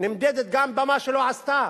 נמדדת גם במה שלא עשתה.